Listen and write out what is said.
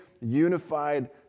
unified